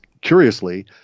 curiously